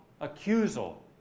accusal